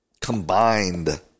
Combined